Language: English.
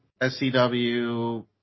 SCW